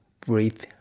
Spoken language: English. breathe